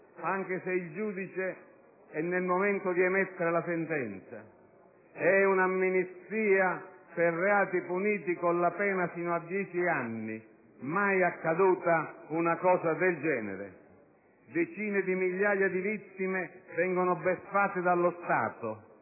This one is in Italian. anche se il giudice è nel momento di emettere la sentenza. È un'amnistia per reati puniti con la pena sino a 10 anni. Mai accaduta una cosa del genere! Decine di migliaia di vittime vengono beffate dallo Stato.